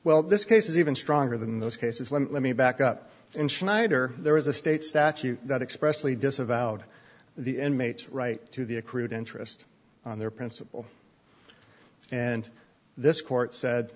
well this case is even stronger than those cases let me back up in schneider there is a state statute that expressly disavowed the inmates right to the accrued interest on their principle and this court said